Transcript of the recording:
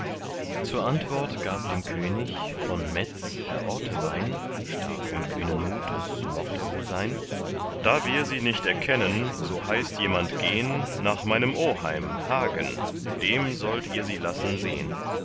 zur antwort gab dem könig von metz herr ortewein stark und kühnen mutes mocht er wohl sein da wir sie nicht erkennen so heißt jemand gehn nach meinem oheim hagen dem sollt ihr sie lassen sehn